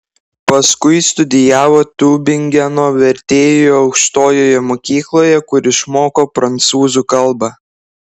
paskui studijavo tiubingeno vertėjų aukštojoje mokykloje kur išmoko prancūzų kalbą